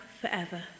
forever